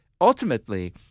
ultimately